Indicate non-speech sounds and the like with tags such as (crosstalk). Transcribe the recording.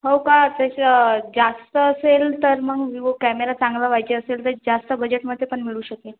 हो का त्याचं जास्त असेल तर मग विवो कॅमेरा चांगला पाहिजे असेल तर जास्त बजेटमध्ये पण मिळू शकेल (unintelligible)